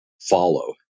follow